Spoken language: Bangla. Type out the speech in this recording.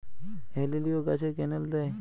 হেলিলিও গাছে ক্যানেল দেয়?